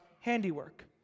handiwork